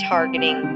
Targeting